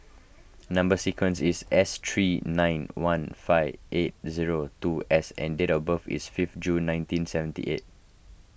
Number Sequence is S three nine one five eight zero two S and date of birth is fifth June nineteen seventy eight